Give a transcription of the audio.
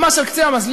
ממש על קצה המזלג,